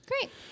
Great